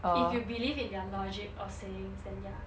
if you believe in their logic or sayings then ya